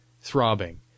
throbbing